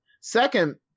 Second